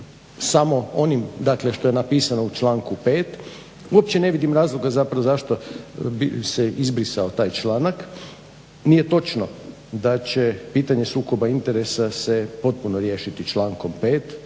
samo onim dakle što je napisano u članku 5. uopće ne vidim razloga zapravo zašto bi se izbrisao taj članak. Nije točno da će pitanje sukoba interesa se potpuno riješiti člankom 5.